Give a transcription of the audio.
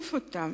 שיחליף אותו.